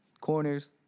corners